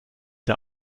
der